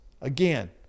again